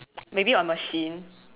maybe a machine